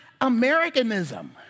Americanism